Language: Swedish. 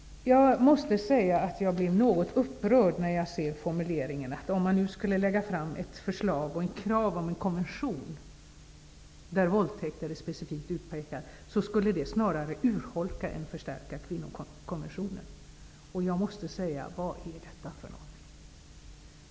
Jag måste säga att jag blir något upprörd när jag ser formuleringen om att ett förslag till och ett krav på en kommission där våldtäkter är specifikt utpekade snarare skulle urholka än förstärka kvinnokonventionen. Vad är detta för någonting?